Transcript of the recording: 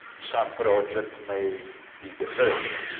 some but projects may be deferred.